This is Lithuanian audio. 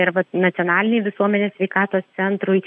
ir vat nacionalinei visuomenės sveikatos centrui